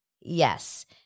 Yes